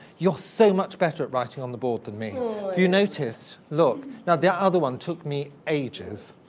you're so much better at writing on the board than me. if you notice, look. now the other one took me ages,